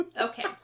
Okay